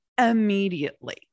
immediately